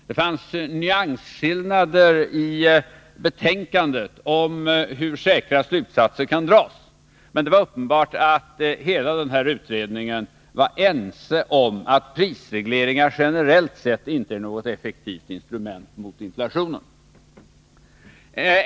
Det fanns nyansskillnader i betänkandet om hur säkra slutsatser som kan dras, men det var uppenbart att hela utredningen var ense om att prisregleringar generellt sett inte är något effektivt instrument mot inflationen.